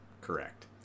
correct